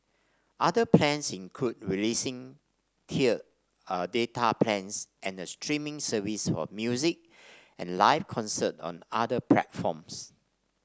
other plans include releasing tiered data plans and a streaming service for music and live concerts on other platforms